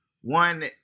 one